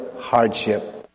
hardship